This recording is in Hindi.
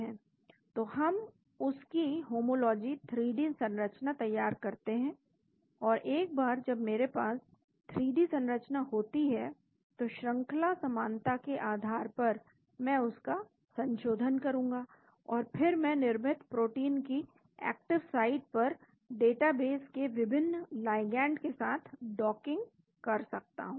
तो हम उस की होमोलॉजी 3 डी संरचना तैयार करते हैं और एक बार जब मेरे पास 3 डी संरचना होती है तो श्रंखला समानता के आधार पर मैं उसका संशोधन करूंगा और फिर मैं निर्मित प्रोटीन की एक्टिव साइट पर डेटाबेस के विभिन्न लिगैंड के साथ डॉकिंग कर सकता हूं